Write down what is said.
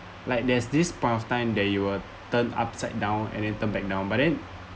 like there's this point of time that you were turned upside down and then turn back down but then